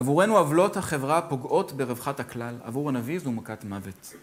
עבורנו, עוולות החברה פוגעות ברווחת הכלל. עבור הנביא זו מכת מוות.